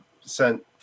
sent